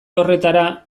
horretara